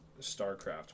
StarCraft